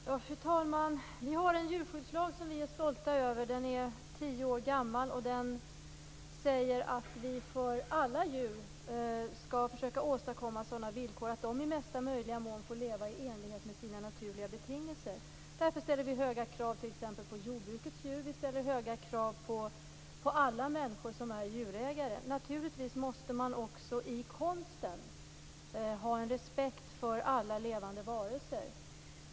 Fru talman! Vi har en djurskyddslag som vi är stolta över. Den är tio år gammal. Den säger att vi för alla djur skall försöka åstadkomma sådana villkor att de i mesta möjliga mån får leva i enlighet med sina naturliga betingelser. Därför ställer vi höga krav t.ex. på jordbrukets djur och på alla människor som är djurägare. Naturligtvis måste man också i konsten ha en respekt för alla levande varelser.